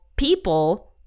People